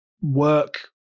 work